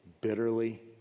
bitterly